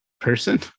person